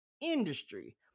industry